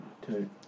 two